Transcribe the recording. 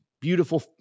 beautiful